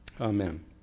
Amen